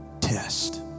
test